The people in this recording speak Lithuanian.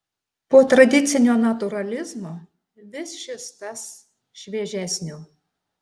po tradicinio natūralizmo vis šis tas šviežesnio